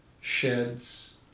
sheds